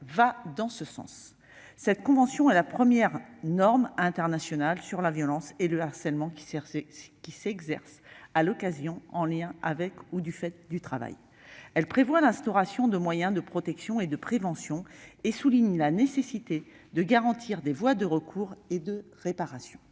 va dans ce sens. Cette convention est la première norme internationale sur la violence et le harcèlement qui s'exerce « à l'occasion, en lien avec ou du fait du travail ». Elle prévoit l'instauration de moyens de protection et de prévention, et souligne la nécessité de garantir des voies de recours et de réparation.